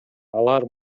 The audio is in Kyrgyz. алар